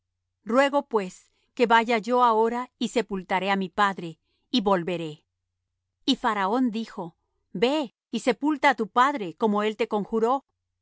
ruego pues que vaya yo ahora y sepultaré á mi padre y volveré y faraón dijo ve y sepulta á tu padre como él te conjuró